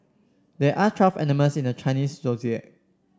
there are twelve animals in the Chinese